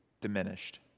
diminished